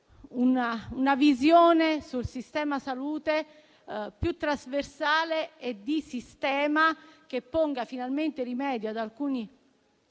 una visione sul sistema salute più trasversale e strutturale, che ponga finalmente rimedio ad alcuni